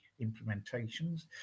implementations